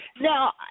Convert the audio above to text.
Now